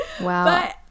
Wow